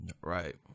Right